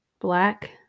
black